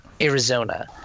arizona